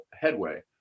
headway